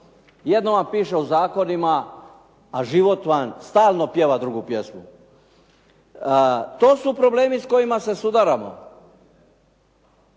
"Jedno vam piše u zakonima, a život vam stalno pjeva drugu pjesmu". To su problemi s kojima se sudaramo.